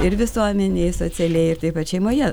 ir visuomenei socialiai ir taip pat šeimoje